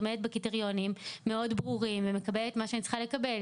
עומדת בקריטריונים מאוד ברורים ומקבלת מה שאני צריכה לקבל.